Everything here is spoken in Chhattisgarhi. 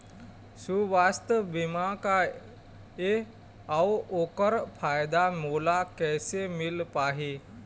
सुवास्थ बीमा का ए अउ ओकर फायदा मोला कैसे मिल पाही?